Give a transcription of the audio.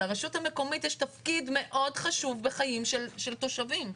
לרשות המקומית יש תפקיד מאוד חשוב בחיים של תושבים.